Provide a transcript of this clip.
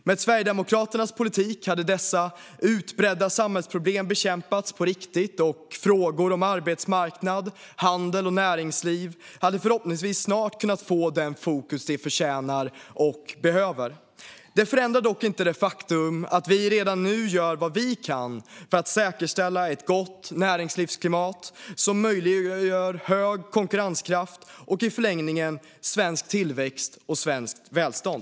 Med Sverigedemokraternas politik hade dessa utbredda samhällsproblem bekämpats på riktigt, och frågor om arbetsmarknad, handel och näringsliv hade förhoppningsvis snart kunnat få det fokus de förtjänar och behöver. Det förändrar dock inte det faktum att vi redan nu gör vad vi kan för att säkerställa ett gott näringslivsklimat som möjliggör hög konkurrenskraft och, i förlängningen, svensk tillväxt och svenskt välstånd.